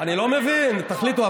אני לא מבין, תחליטו.